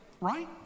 right